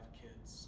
kids